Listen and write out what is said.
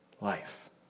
life